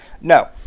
No